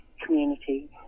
community